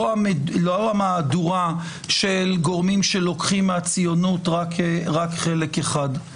לא המהדורה של גורמים שלוקחים מהציונות רק חלק אחד.